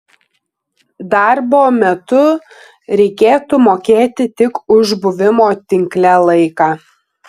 darbo metu reikėtų mokėti tik už buvimo tinkle laiką